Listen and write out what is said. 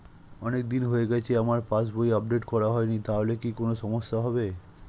অনেকদিন হয়ে গেছে আমার পাস বই আপডেট করা হয়নি তাহলে কি কোন সমস্যা হবে?